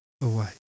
away